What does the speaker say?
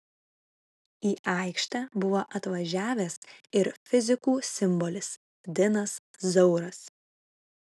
į aikštę buvo atvažiavęs ir fizikų simbolis dinas zauras